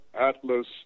Atlas